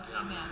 Amen